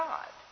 God